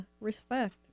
respect